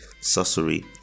sorcery